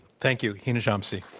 thank you, hina shamsi.